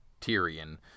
Tyrion